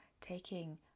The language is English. taking